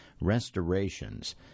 restorations